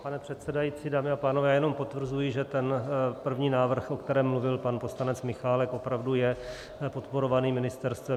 Pane předsedající, dámy a pánové, já jenom potvrzuji, že ten první návrh, o kterém mluvil pan poslanec Michálek, opravdu je podporovaný ministerstvem.